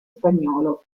spagnolo